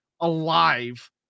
alive